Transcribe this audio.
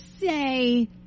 say